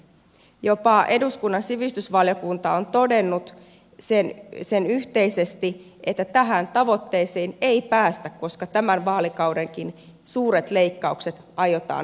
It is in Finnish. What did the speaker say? jopa eduskunnan sivistysvaliokunta on todennut sen yhteisesti että tähän tavoitteeseen ei päästä koska tämän vaalikaudenkin suuret leikkaukset aiotaan toteuttaa